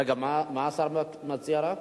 רגע, מה השר מציע רק?